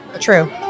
True